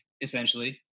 essentially